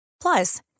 Plus